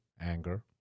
Anger